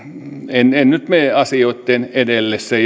en en nyt mene asioitten edelle se